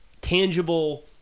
tangible